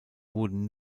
wurden